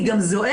היא גם זועקת.